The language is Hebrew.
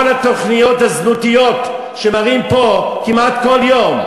כל התוכניות הזנותיות שמראים פה כמעט כל יום.